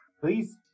please